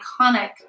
iconic